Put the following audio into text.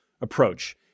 approach